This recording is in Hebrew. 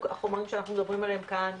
החומרים שאנחנו מדברים עליהם כאן,